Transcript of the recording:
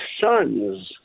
sons